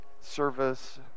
service